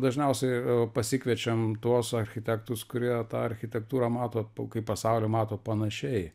dažniausiai pasikviečiam tuos architektus kurie tą architektūrą mato pasaulį mato panašiai